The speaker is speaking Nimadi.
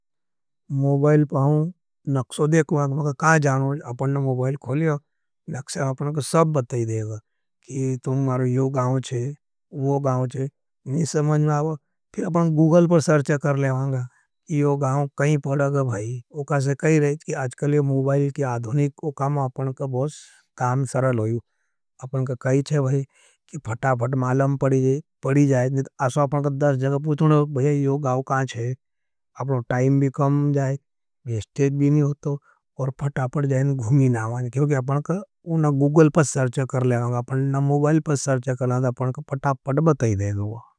मोबायल पहाँ नक्सो देखवाँ, मैं कहा क्या जाना है, अपना मोबायल खोलिया, नक्से अपना कहा सब बताई देगा। कि तुम मारे यो गाउच्छे, वो गाउच्छे, निसमंज में आपका, फिर अपना गूगल पर सर्च्या कर लेवाँ। कि यो गाउच्छ सर्च्या कर लेवाँ, अपना मोबायल पर सर्च्या कर लेवाँ, तो अपना पड़ा पड़ बताई देगा। विदियो बताओना का वाथ, सबसे पहले मारो नाम बताओंगा, मारा माता पिता को नाम बताओंगा। मारा पपा को नाम बताओंगा, मारी जनन तारीत बताओंगा, और हम का तक पड़ेगा से यहों बताओंगा।